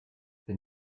wenn